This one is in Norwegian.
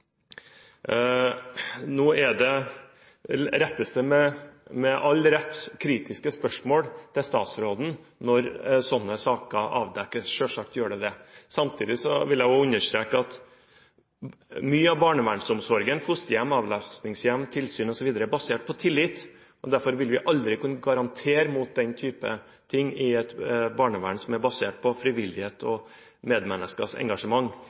Det rettes med all rett kritiske spørsmål til statsråden når slike saker avdekkes – selvsagt gjør det det. Samtidig vil jeg også understreke at mye av barnevernsomsorgen, fosterhjem, avlastningshjem, tilsyn osv., er basert på tillit. Derfor vil vi aldri kunne gardere oss mot den typen ting i et barnevern som er basert på frivillighet og medmenneskers engasjement.